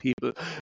people